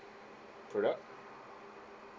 product